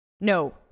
No